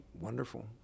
Wonderful